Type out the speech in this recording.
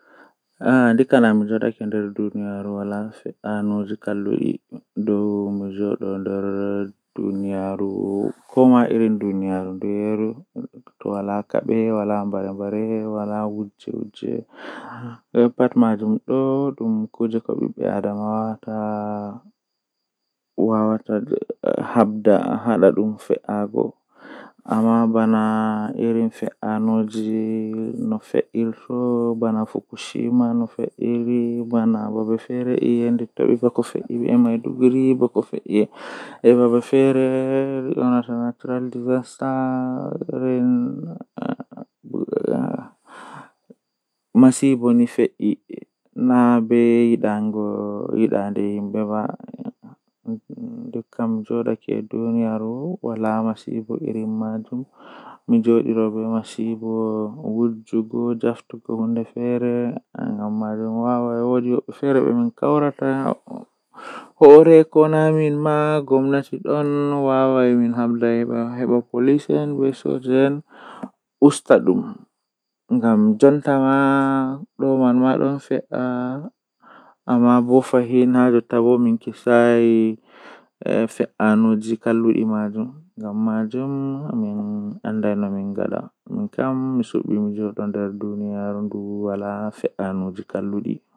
Mi noddan himbe hokkata am savis man to woodi laawol no mi yeccirta be mi yecca be dow nda conneshion am wala wada malladon waddinami damuwa nda babal mi joodata egaa babal kaza yahuki babal kaza ngamman be habda useni be geerinami.